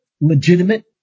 legitimate